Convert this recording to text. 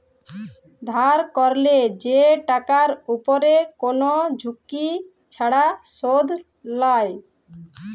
ধার ক্যরলে যে টাকার উপরে কোন ঝুঁকি ছাড়া শুধ লায়